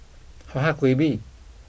how hard could it be